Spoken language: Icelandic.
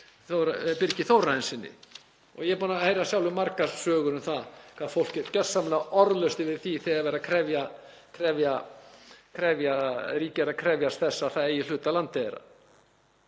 þm. Birgi Þórarinssyni og ég er búinn að heyra sjálfur margar sögur um það hvað fólk er gjörsamlega orðlaust yfir því þegar ríkið er að krefjast þess að það eigi hluta af landi